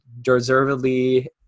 deservedly